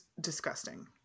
disgusting